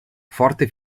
forte